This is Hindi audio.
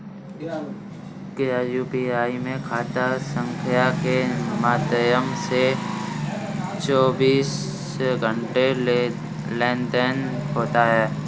क्या यू.पी.आई में खाता संख्या के माध्यम से चौबीस घंटे लेनदन होता है?